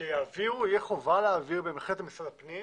שתהיה חובה להעביר במשרד הפנים,